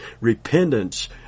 Repentance